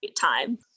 time